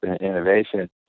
innovation